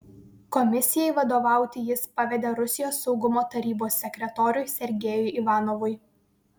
komisijai vadovauti jis pavedė rusijos saugumo tarybos sekretoriui sergejui ivanovui